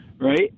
Right